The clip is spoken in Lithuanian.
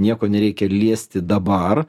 nieko nereikia liesti dabar